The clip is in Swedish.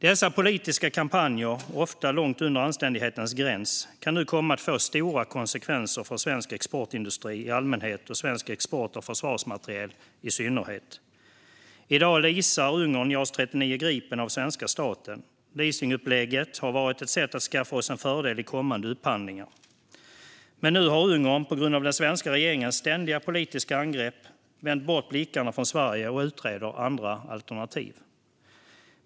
Dessa politiska kampanjer - ofta långt under anständighetens gräns - kan nu komma att få stora konsekvenser för svensk exportindustri i allmänhet och svensk export av försvarsmateriel i synnerhet. I dag leasar Ungern JAS 39 Gripen av svenska staten. Leasingupplägget har varit ett sätt att skaffa oss en fördel i kommande upphandlingar. Men på grund av den svenska regeringens ständiga politiska angrepp har Ungern nu vänt blicken bort från Sverige och börjat utreda andra alternativ.